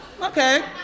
Okay